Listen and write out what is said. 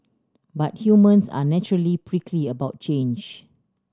but humans are naturally prickly about change